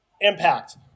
impact